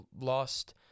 lost